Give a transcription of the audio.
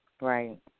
Right